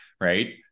right